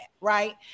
right